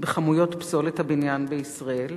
בכמויות פסולת הבניין בישראל.